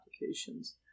applications